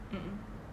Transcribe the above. mm mm